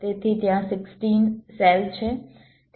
તેથી ત્યાં 16 સેલ છે